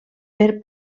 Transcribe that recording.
per